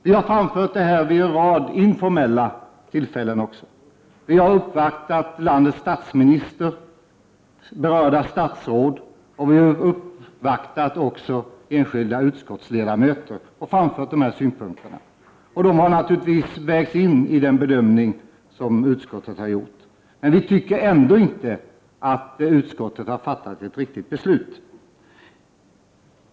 Vi har framfört detta vid en rad informella tillfällen också. Vi har uppvaktat landets statsminister, berörda statsråd och enskilda utskottsledamöter och framfört våra synpunkter. De har naturligtvis vägts in i den bedömning som utskottet har gjort, men vi tycker ändå inte att utskottet har fattat ett riktigt beslut.